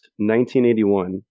1981